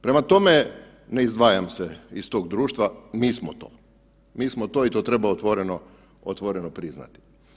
Prema tome, ne izdvajam se iz tog društva, mi smo to, mi smo to i to treba otvoreno priznati.